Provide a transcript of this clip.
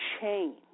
change